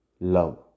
Love